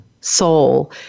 soul